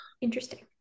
interesting